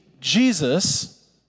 Jesus